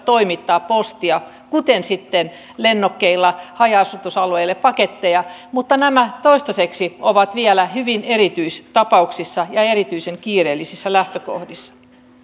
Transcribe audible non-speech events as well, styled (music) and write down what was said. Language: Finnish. (unintelligible) toimittaa postia kuten sitten lennokeilla haja asutusalueille paketteja mutta nämä toistaiseksi ovat vielä hyvin erityistapauksia ja lähtökohdiltaan erityisen kiireellisiä